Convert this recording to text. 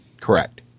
correct